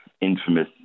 infamous